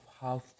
half